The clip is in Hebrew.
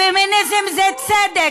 פמיניזם זה צדק,